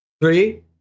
three